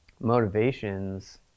motivations